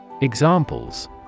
Examples